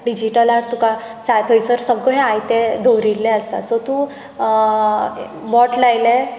digital art तुका थंयसर सगळें आयते दवरिल्लें आसता सो तूं बोट लायलें